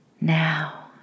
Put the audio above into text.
now